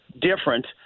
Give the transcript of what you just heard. different